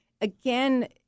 again